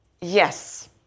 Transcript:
Yes